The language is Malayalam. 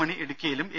മണി ഇടുക്കിയിലും എ